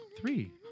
three